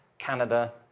Canada